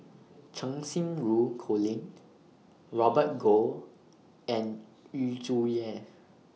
Cheng Xinru Colin Robert Goh and Yu Zhuye